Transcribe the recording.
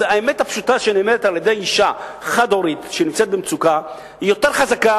האמת הפשוטה שנאמרת על-ידי אשה חד-הורית שנמצאת במצוקה היא יותר חזקה